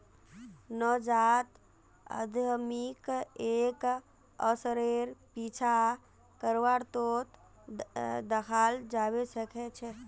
नवजात उद्यमीक एक अवसरेर पीछा करतोत दखाल जबा सके छै